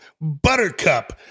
Buttercup